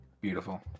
Beautiful